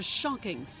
shocking